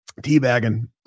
Teabagging